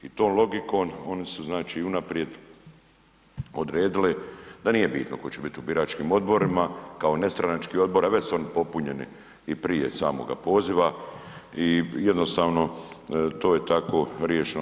I tom logikom oni su unaprijed odredili da nije bitno tko će biti u biračkim odborima kao nestranački odbor, a već su oni popunjeni i prije samoga poziva i jednostavno to je tako riješeno.